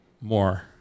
More